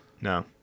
No